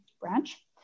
branch